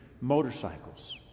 motorcycles